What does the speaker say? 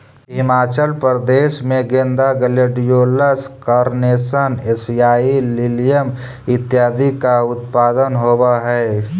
हिमाचल प्रदेश में गेंदा, gladiolus, carnation, एशियाई लिलियम इत्यादि का उत्पादन होवअ हई